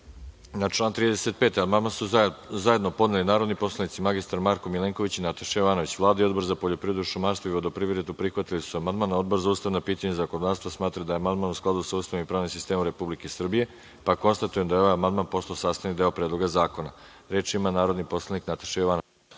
član 35. amandman su zajedno podneli narodni poslanici mr Marko Milenković i Nataša Jovanović. Vlada i Odbor za poljoprivredu, šumarstvo i vodoprivredu prihvatili su amandman. Odbor za ustavna pitanja i zakonodavstvo smatra da je amandman u skladu sa Ustavom i pravnim sistemom Republike Srbije. Konstatujem da je ovaj amandman postao sastavni deo Predloga zakona. Reč ima narodni poslanik Nataša Jovanović.